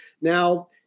Now